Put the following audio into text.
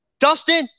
Dustin